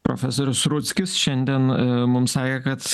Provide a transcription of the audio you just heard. profesorius rudzkis šiandien mums sakė kad